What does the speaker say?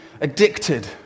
addicted